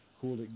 cool